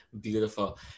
Beautiful